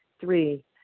Three